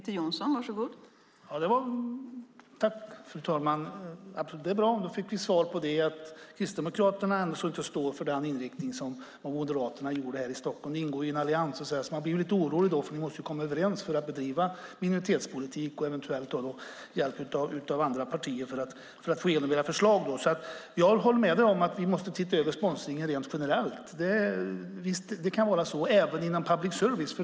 Fru talman! Det är bra. Då fick vi svar på att Kristdemokraterna ändå står för Moderaternas inriktning i Stockholm. Ni ingår i en allians. Man blir lite orolig. Ni måste komma överens för att bedriva minoritetspolitik och eventuellt ta hjälp från andra partier för att få igenom era förslag. Jag håller med om att vi måste se över sponsringen rent generellt - även inom public service.